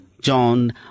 John